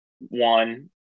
one